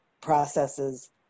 processes